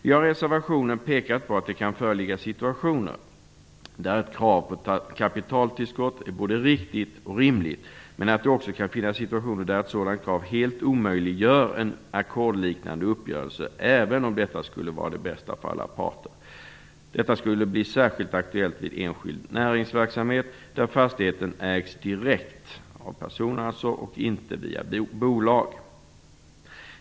Vi har i reservationen pekat på att det kan föreligga situationer där ett krav på kapitaltillskott är både riktigt och rimligt, men att det också kan finnas situationer där ett sådant krav helt omöjliggör en ackordsliknande uppgörelse, även om detta skulle vara det bästa för alla parter. Detta skulle kunna bli särskilt aktuellt vid enskild näringsverksamhet, där fastigheten ägs direkt av personer och inte via bolag.